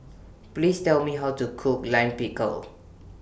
Please Tell Me How to Cook Lime Pickle